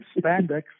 spandex